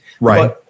right